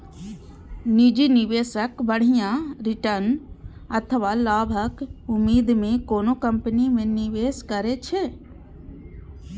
निजी निवेशक बढ़िया रिटर्न अथवा लाभक उम्मीद मे कोनो कंपनी मे निवेश करै छै